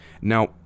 Now